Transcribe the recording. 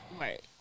Right